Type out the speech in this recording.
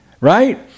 Right